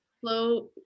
flow